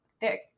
thick